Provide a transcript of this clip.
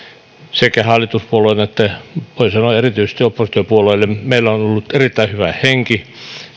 sekä hallituspuolueille että voi sanoa erityisesti oppositiopuolueille meillä on ollut erittäin hyvä henki ja